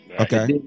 okay